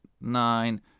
nine